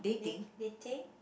knit~ knitting